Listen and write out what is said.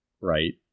right